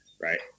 right